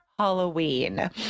Halloween